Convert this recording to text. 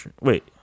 wait